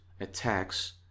attacks